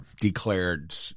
declared